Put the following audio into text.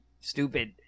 stupid